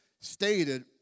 stated